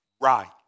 right